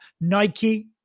Nike